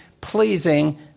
pleasing